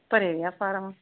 ਭਰੇ ਵੇ ਆ ਫਾਰਮ